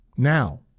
Now